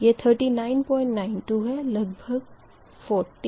यह 3992 है लगभग 40